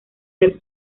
del